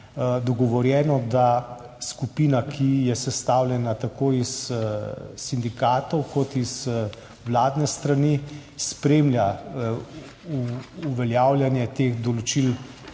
dogovorjeno, da skupina, ki je sestavljena tako iz sindikatov kot iz vladne strani, spremlja uveljavljanje teh določil